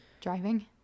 driving